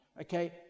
Okay